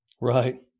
Right